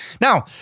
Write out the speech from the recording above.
Now